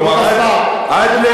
כבוד השר, כלומר, עד,